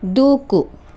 దూకు